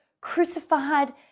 crucified